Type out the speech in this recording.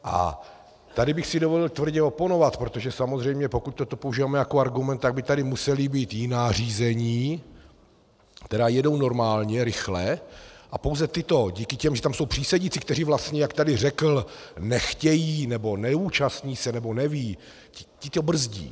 A tady bych si dovolil tvrdě oponovat, protože samozřejmě pokud toto používáme jako argument, tak by tady musela být jiná řízení, která jedou normálně rychle, a pouze tyto díky tomu, že tam jsou přísedící, kteří vlastně, jak tady řekl, nechtějí, nebo neúčastní se, nebo nevědí, ti to brzdí.